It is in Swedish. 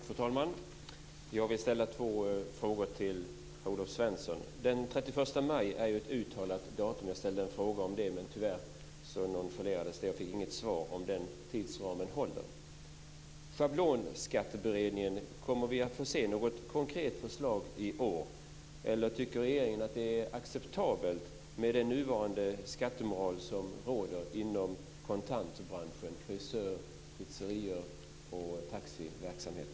Fru talman! Jag vill ställa två frågor till Per-Olof Svensson. Jag ställde en fråga om den 31 maj, ett uttalat datum. Tyvärr nonchalerades den och jag fick inget svar på om den tidsramen håller. Kommer vi att få se något konkret förslag från schablonskatteberedningen i år eller tycker regeringen att det är acceptabelt med den skattemoral som råder inom kontantbranschen - frisörer, pizzerior och taxiverksamhet?